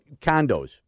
condos